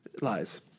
Lies